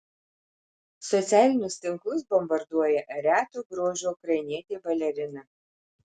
socialinius tinklus bombarduoja reto grožio ukrainietė balerina